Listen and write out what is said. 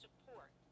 Support